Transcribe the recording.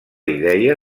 idea